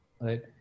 right